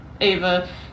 Ava